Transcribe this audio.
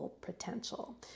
potential